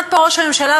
עמד פה ראש הממשלה,